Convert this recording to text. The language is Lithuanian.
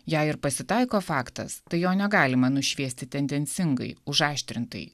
jei ir pasitaiko faktas tai jo negalima nušviesti tendencingai užaštrintai